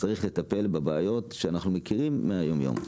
צריך לטפל בבעיות שאנחנו מכירים מהיום יום.